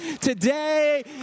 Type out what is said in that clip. Today